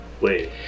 Wait